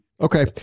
okay